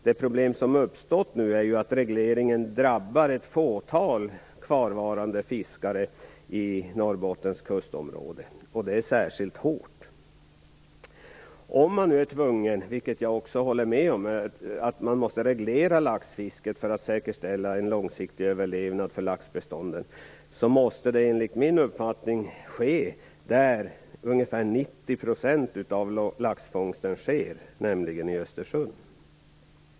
Det problem som uppstått nu är ju att regleringen drabbar ett fåtal kvarvarande fiskare i Norrbottens kustområde, och det särskilt hårt. Om man nu är tvungen, vilket jag också håller med om, att reglera laxfisket för att säkerställa en långsiktig överlevnad för laxbestånden, måste det enligt min uppfattning ske där ungefär 90 % av laxfångsten sker, nämligen i Östersjön.